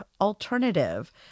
alternative